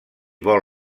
vol